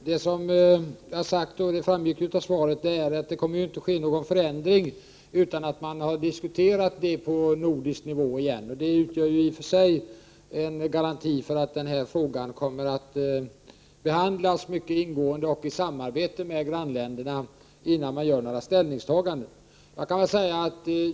Herr talman! Någon förändring kommer som sagt inte att ske utan att frågan har diskuterats ytterligare på nordisk nivå. Detta utgör i sig en garanti för att frågan kommer att behandlas mycket ingående och i samarbete med grannländerna innan några ställningstaganden görs.